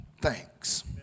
thanks